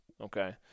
okay